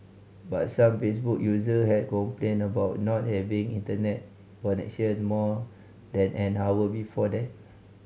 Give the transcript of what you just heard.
but some Facebook user had complained about not having Internet connection more than an hour before that